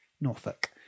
Norfolk